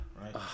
right